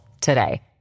today